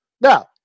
Now